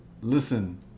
listen